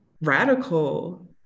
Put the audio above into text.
radical